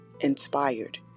inspired